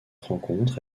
rencontre